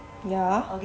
ya